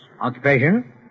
Occupation